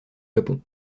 japon